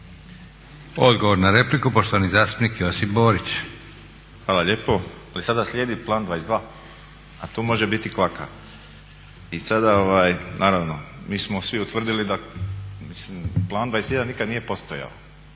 Odgovor na repliku, poštovani zastupnik Josip Borić. **Borić, Josip (HDZ)** Hvala lijepo. Ali sada slijedi Plan 22 a tu može biti kvaka. I sada naravno mi smo svi utvrdili da, mislim Plan 21 nikad nije postojao.